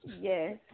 Yes